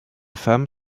femme